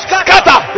scatter